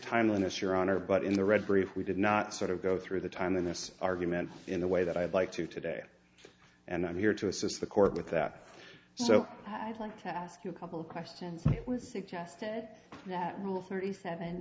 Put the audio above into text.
time limits your honor but in the red brief we did not sort of go through the time in this argument in a way that i'd like to today and i'm here to assist the court with that so i'd like to ask you a couple of questions it was suggested that that rule thirty seven